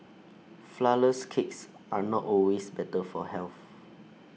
Flourless Cakes are not always better for health